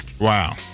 wow